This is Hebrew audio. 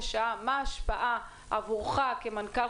בסיפא של דבריך באשר למעבר של יעדים